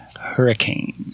hurricane